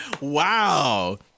Wow